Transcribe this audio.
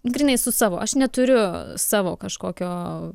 grynai su savo aš neturiu savo kažkokio